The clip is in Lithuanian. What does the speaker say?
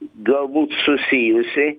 galbūt susijusi